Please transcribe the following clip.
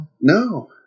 No